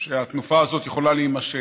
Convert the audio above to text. שהתנופה הזאת יכולה להימשך,